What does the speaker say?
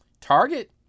Target